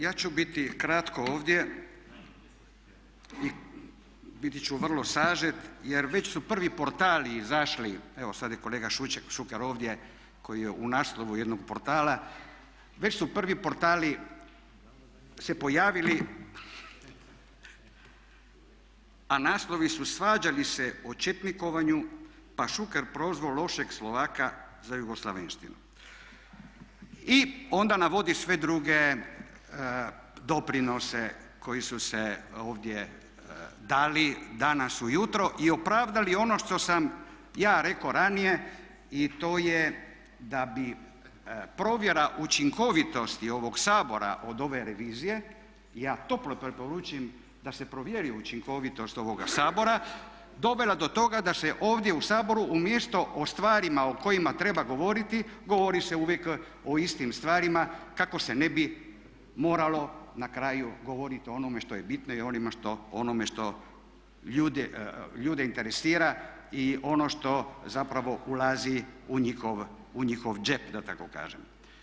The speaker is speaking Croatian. Ja ću biti kratko ovdje i biti ću vrlo sažet jer već su prvi portali izašli, evo sad je kolega Šuker ovdje koji je u naslovu jednog portala, već su prvi portali se pojavili a naslovi su: "Svađali se o četnikovanju pa Šuker prozvao lošeg Slovaka za jugoslavenštinu." I onda navodi sve druge doprinose koji su se ovdje dali danas ujutro i opravdali ono što sam ja rekao ranije i to je da bi provjera učinkovitosti ovog Sabora od ove revizije i ja toplo preporučam da se provjeri učinkovitost ovoga Sabora, dovela do toga da se ovdje u Saboru umjesto o stvarima o kojima treba govoriti govori se uvijek o istim stvarima kako se ne bi moralo na kraju govoriti o onome što je bitno i onome što ljude interesira i ono što zapravo ulazi u njihov džep da tako kažem.